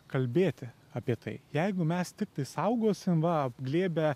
kalbėti apie tai jeigu mes tiktai saugosim va apglėbę